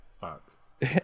fuck